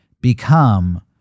become